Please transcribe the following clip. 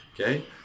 okay